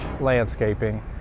landscaping